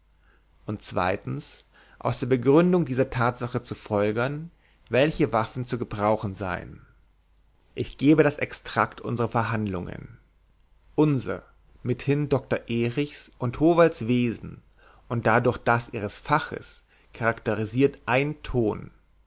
und zweitens aus der begründung dieser tatsache zu folgern welche waffen zu gebrauchen seien ich gebe das extrakt unserer verhandlungen unser mithin doktor erichs und howalds wesen und dadurch das ihres faches charakterisiert ein ton